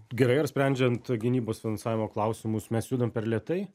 gerai ar sprendžiant gynybos finansavimo klausimus mes judam per lėtai